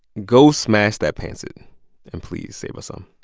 go smash that pancit and please, save us um